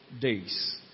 days